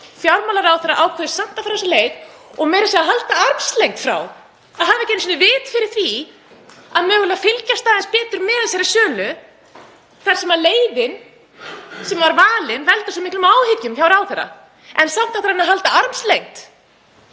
Fjármálaráðherra ákveður samt að fara þessa leið og meira að segja halda armslengd frá, hafa ekki einu sinni vit á því að mögulega fylgjast aðeins betur með þessari sölu þar sem leiðin sem var valin olli svo miklum áhyggjum hjá ráðherra. Samt ætlar hann að halda armslengd.